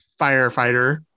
firefighter